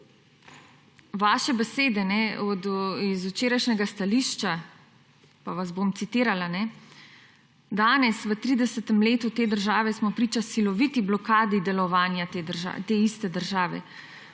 Vaše besede iz včerajšnjega stališča, citiram: »Danes, v 30. letu te države smo priča siloviti blokadi delovanja te iste države.